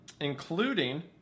including